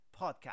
podcast